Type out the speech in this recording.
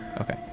Okay